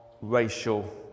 racial